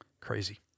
Crazy